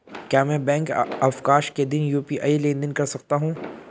क्या मैं बैंक अवकाश के दिन यू.पी.आई लेनदेन कर सकता हूँ?